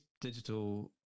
digital